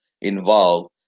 involved